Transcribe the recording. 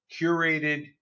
curated